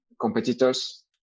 competitors